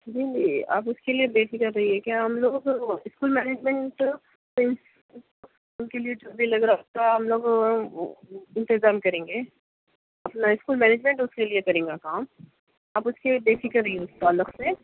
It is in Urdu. جی جی آپ اس کے لئے بےفکر رہیے کہ ہم لوگوں کو اسکول مینیجمینٹ اسکول کے لئے جو بھی ہم لوگ انتظام کریں گے اپنا اسکول مینیجمینٹ اس کے کریں گا کام آپ اس کے لئے بےفکر رہیے اس تعلق سے